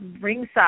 ringside